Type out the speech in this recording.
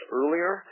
earlier